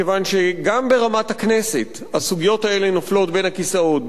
מכיוון שגם ברמת הכנסת הסוגיות האלה נופלות בין הכיסאות,